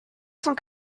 cent